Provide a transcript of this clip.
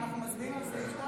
ואנחנו מצביעים על סעיף 2?